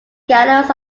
gallows